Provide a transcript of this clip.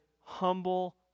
humble